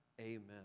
Amen